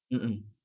mm mm